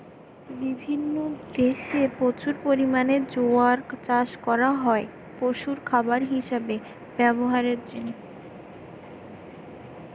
বিভিন্ন দেশে প্রচুর পরিমাণে জোয়ার চাষ করা হয় পশুর খাবার হিসাবে ব্যভারের জিনে